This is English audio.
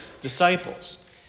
disciples